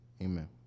Amen